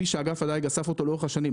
מנתונים כפי שאגף הדיג אסף אותם לאורך השנים,